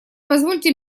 позвольте